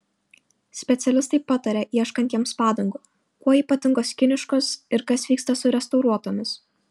specialistai pataria ieškantiems padangų kuo ypatingos kiniškos ir kas vyksta su restauruotomis